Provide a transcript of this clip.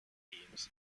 games